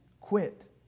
quit